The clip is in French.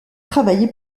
travailler